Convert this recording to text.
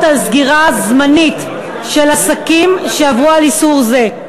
על סגירה זמנית של עסקים שעברו על איסור זה.